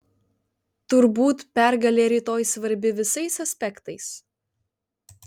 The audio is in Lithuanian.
turbūt pergalė rytoj svarbi visais aspektais